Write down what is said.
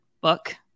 book